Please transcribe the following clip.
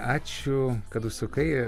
ačiū kad užsukai